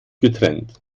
getrennt